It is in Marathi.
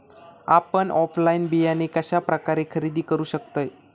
आपन ऑनलाइन बियाणे कश्या प्रकारे खरेदी करू शकतय?